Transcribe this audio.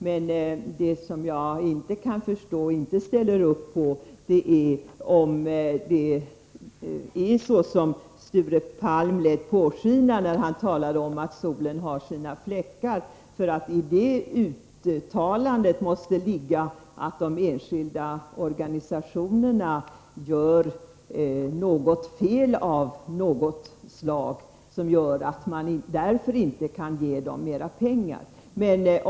Men vad jag kan inte kan förstå och inte ställer upp på är det som Sture Palm ville låta påskina, när han talade om att solen har sina fläckar. I det uttalandet måste ju ligga att de enskilda organisationerna begår ett fel av något slag och att man därför inte kan ge dem mera pengar.